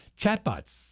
chatbots